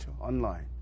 online